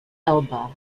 elba